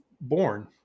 born